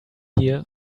here